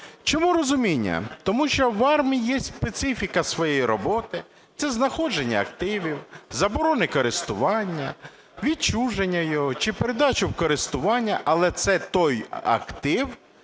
Чому розуміння? Тому що в АРМА є специфіка своєї роботи – це знаходження активів, заборони користування, відчуження їх чи передача в користування. Але це той актив